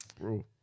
Bro